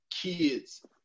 kids